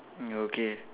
mm okay